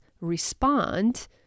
respond